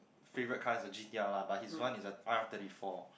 favourite kind of G_T_R lah but his one is the R thirty four